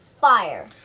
Fire